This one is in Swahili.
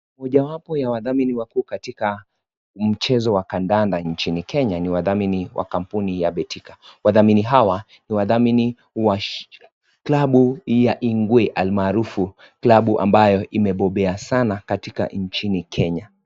Mmoja wapo ya wadhamini wakuu katika mchezo wa kadanda nchini Kenya ni wadhamini wa kampini ya Betika. Wadhamini hawa ni wadhamini wa klabu ya Ingwe almaarufu klabu ambayo imebobea sana katika nchini Kenya.